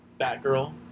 Batgirl